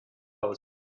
hause